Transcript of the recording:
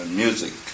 music